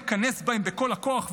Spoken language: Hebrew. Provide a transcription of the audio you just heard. ניכנס בהם בכל הכוח,